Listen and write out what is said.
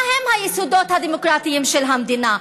מהם היסודות הדמוקרטיים של המדינה?